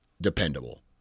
dependable